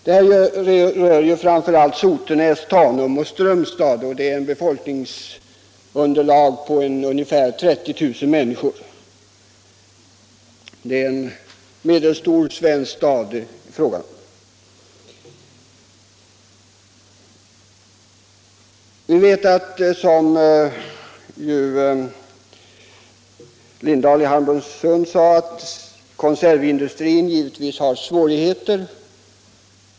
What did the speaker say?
Det vi talar om här gäller framför allt Sotenäs, Tanum och Strömstad med ett befolknings stimulerande åtgärder i norra Bohuslän underlag på ca 30 000 människor — motsvarande befolkningen i en medelstor svensk stad. Som herr Lindahl i Hamburgsund sade har konservindustrin svårigheter.